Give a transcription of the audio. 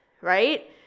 Right